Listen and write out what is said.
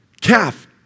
calf